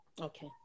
Okay